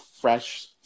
fresh